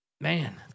man